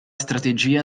strategia